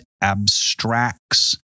abstracts